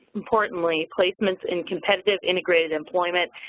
importantly, placement and competitive, integrated employment,